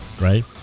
right